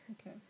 Okay